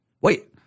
Wait